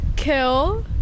Kill